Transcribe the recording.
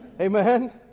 Amen